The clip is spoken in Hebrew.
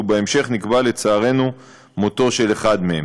ובהמשך נקבע לצערנו מותו של אחד מהם.